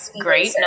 great